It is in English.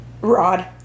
Rod